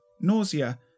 nausea